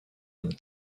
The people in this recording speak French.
une